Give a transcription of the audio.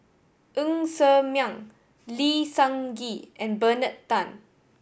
Ng Ser Miang Lee Seng Gee and Bernard Tan